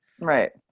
Right